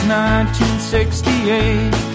1968